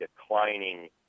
declining